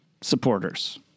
supporters